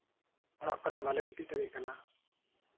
ᱚᱲᱟᱜ ᱠᱚᱨᱮ ᱵᱟᱞᱮ ᱜᱤᱛᱤᱡ ᱫᱟᱲᱮᱜ ᱠᱟᱱᱟ